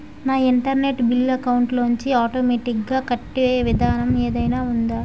నా internet bill account లోంచి automatic గా కట్టే విధానం ఏదైనా ఉందా?